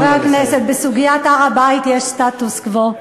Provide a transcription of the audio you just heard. חברי חברי הכנסת, בסוגיית הר-הבית יש סטטוס קוו.